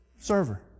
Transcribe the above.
Server